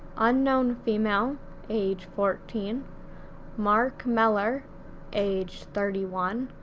unknown female age fourteen mark mellor age thirty one,